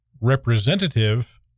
representative